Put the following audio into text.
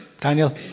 Daniel